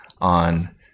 on